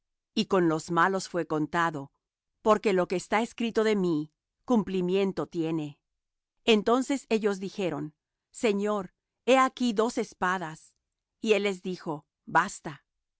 y con los malos fué contado porque lo que está escrito de mí cumplimiento tiene entonces ellos dijeron señor he aquí dos espadas y él les dijo basta